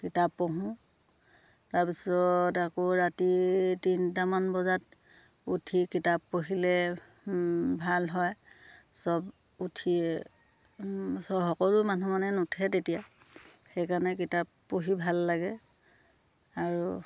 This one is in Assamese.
কিতাপ পঢ়োঁ তাৰপিছত আকৌ ৰাতি তিনিটামান বজাত উঠি কিতাপ পঢ়িলে ভাল হয় চব উঠি চ সকলো মানুহ মানে নুঠে তেতিয়া সেইকাৰণে কিতাপ পঢ়ি ভাল লাগে আৰু